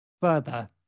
further